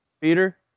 Peter